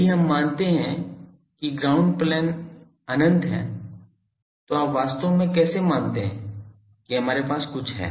यदि हम मानते हैं कि ग्राउंड प्लेन अनंत हैं तो आप वास्तव में कैसे मानते हैं कि हमारे पास कुछ है